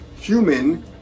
human